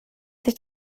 sich